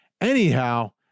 Anyhow